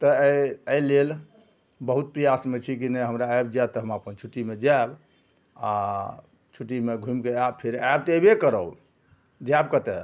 तऽ एहि एहिलेल बहुत प्रयासमे छी कि नहि हमरा आबि जाएत तऽ हम अपन छुट्टीमे जाएब आओर छुट्टीमे घुमिके आएब फेर आएब तऽ अएबे करब जाएब कतए